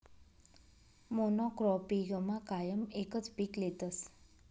मोनॉक्रोपिगमा कायम एकच पीक लेतस